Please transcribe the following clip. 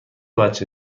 بچه